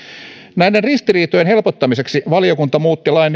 näiden ristiriitojen helpottamiseksi valiokunta muutti lain